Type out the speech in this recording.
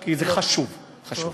כי זה חשוב, חשוב.